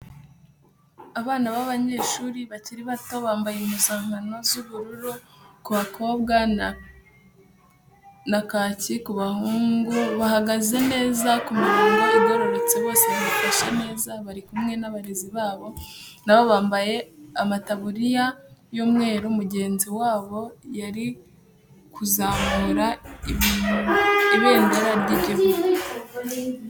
Abana b'abanyeshuri bakiri bato bambaye impuzankano z'ubururu ku bakobwa na kaki ku bahungu bahagaze neza ku mirongo igororotse bose bifashe neza bari kumwe n'abarezi babo nabo bambaye amataburiya y'umweru mugenzi wabo ari kuzamura ibendera ry'igihugu.